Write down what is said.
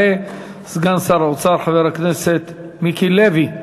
יעלה סגן שר האוצר, חבר הכנסת מיקי לוי.